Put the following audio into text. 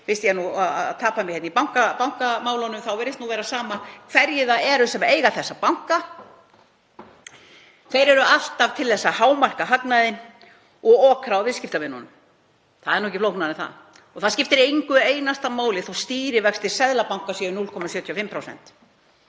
þá virðist vera sama hverjir það eru sem eiga þessa banka. Þeir eru alltaf til í að hámarka hagnaðinn og okra á viðskiptavinum. Það er ekki flóknara en það. Það skiptir engu einasta máli þótt stýrivextir Seðlabankans séu 0,75%.